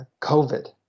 COVID